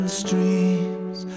streams